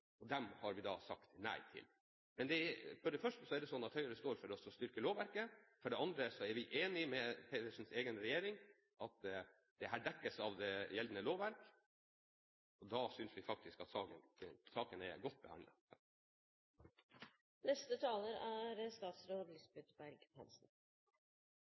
og dem har vi da sagt nei til. For det første er det sånn at Høyre står for å styrke lovverket. For det andre er vi enige med Pedersens egen regjering i at dette dekkes av det gjeldende lovverk, og da synes vi faktisk at saken er godt behandlet. Det er